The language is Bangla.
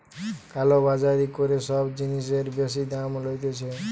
কালো বাজারি করে সব জিনিসের বেশি দাম লইতেছে